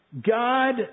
God